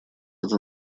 это